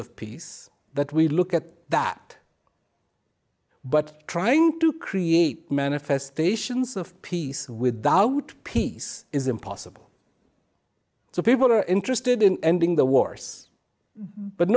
of peace that we look at that but trying to create manifestations of peace without peace is impossible so people are interested in ending the wars but